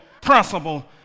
principle